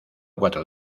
cuatro